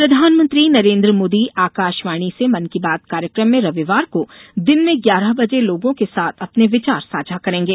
मन की बात प्रधानमंत्री नरेन्द्र मोदी आकाशवाणी से मन की बात कार्यकम में रविवार को दिन में ग्यारह बजे लोगों के साथ अपने विचार साझा करेंगे